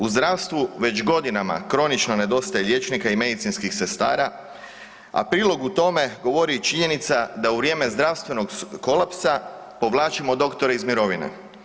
U zdravstvu već godinama kronično nedostaje liječnika i medicinskih sestara, a prilogu tome govori i činjenica da u vrijeme zdravstvenog kolapsa povlačimo doktore iz mirovine.